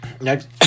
next